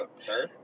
Sure